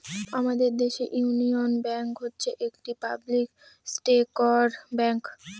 আমাদের দেশের union bank হচ্ছে একটি পাবলিক সেক্টর ব্যাঙ্ক